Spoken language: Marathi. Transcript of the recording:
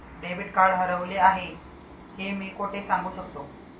डेबिट कार्ड हरवले आहे हे मी कोठे सांगू शकतो?